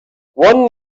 one